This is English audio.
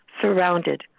surrounded